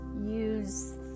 use